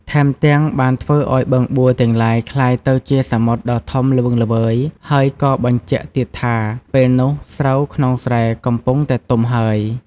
ថែមទាំង បានធ្វើឱ្យបឹងបួរទាំងឡាយក្លាយទៅជាសមុទ្រដ៏ធំល្វឹងល្វើយហើយក៏បញ្ជាក់ទៀតថាពេលនោះស្រូវក្នុងស្រែកំពុងតែទុំហើយ។